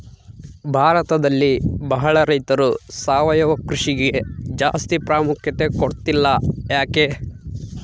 ಭಾರತದಲ್ಲಿ ಬಹಳ ರೈತರು ಸಾವಯವ ಕೃಷಿಗೆ ಜಾಸ್ತಿ ಪ್ರಾಮುಖ್ಯತೆ ಕೊಡ್ತಿಲ್ಲ ಯಾಕೆ?